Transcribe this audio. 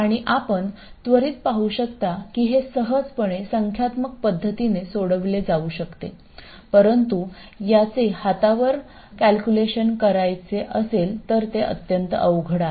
आणि आपण त्वरित पाहू शकता की हे सहजपणे संख्यात्मक पद्धतीने सोडवले जाऊ शकते परंतु याचे हातावर करायचे कॅल्क्युलेशन अत्यंत अवघड आहे